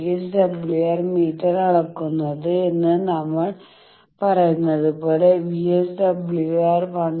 VSWR meter അളക്കുന്നത് എന്ന് നമ്മൾ പറയുന്നതുപോലെ വിഎസ്ഡബ്ല്യുആർ 1